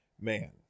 Man